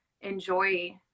enjoy